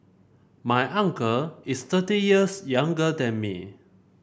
my uncle is thirty years younger than me